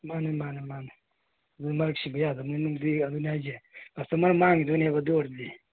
ꯃꯥꯟꯅꯦ ꯃꯥꯟꯅꯦ ꯃꯥꯟꯅꯦ ꯑꯗꯨ ꯃꯔꯛ ꯁꯤꯕ ꯌꯥꯗꯕꯅꯤꯅ ꯑꯗꯨꯅꯤ ꯍꯥꯏꯁꯦ ꯀꯁꯇꯃꯔ ꯃꯥꯡꯒꯤꯗꯣꯏꯅꯦꯕ ꯑꯗꯨ ꯑꯣꯏꯔꯗꯤ